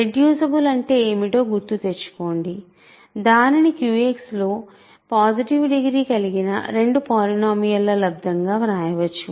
reducible అంటే ఏమిటో గుర్తుతెచ్చుకోండి దానిని QX లో పాసిటివ్ డిగ్రీ కలిగిన రెండు పాలినోమియల్ ల లబ్దం గా వ్రాయవచ్చు